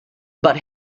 but